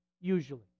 usually